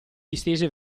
distese